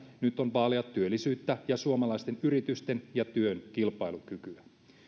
nyt on vaalia työllisyyttä ja suomalaisten yritysten ja työn kilpailukykyä